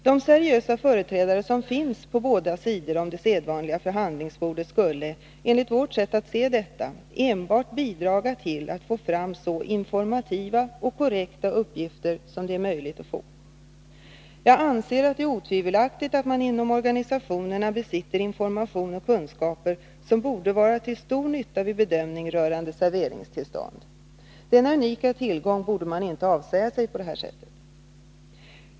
De seriösa företrädare som finns på båda sidor om det sedvanliga förhandlingsbordet skulle, enligt vårt sätt att se detta, enbart bidra till att få fram så informativa och korrekta uppgifter som det är möjligt att få. Jag anser att det är otvivelaktigt att man inom organisationerna besitter information och kunskaper som borde vara till stor nytta vid bedömningen rörande serveringstillstånd. Denna unika tillgång borde man inte avsäga sig på detta sätt.